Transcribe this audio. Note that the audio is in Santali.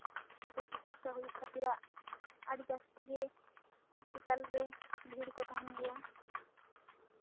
ᱯᱷᱤᱨᱤ ᱪᱤᱠᱤᱛᱥᱟ ᱦᱩᱭᱩᱜ ᱠᱷᱟᱹᱛᱤᱨᱟᱜ ᱟᱹᱰᱤ ᱡᱟ ᱥᱛᱤ ᱜᱮ ᱦᱚᱥᱯᱤᱴᱟᱞ ᱨᱮ ᱵᱷᱤᱲ ᱠᱚ ᱛᱟᱦᱮᱱ ᱜᱮᱭᱟ